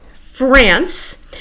France